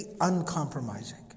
uncompromising